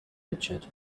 richard